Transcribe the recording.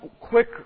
quick